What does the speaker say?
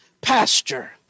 pasture